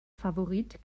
favorit